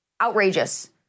outrageous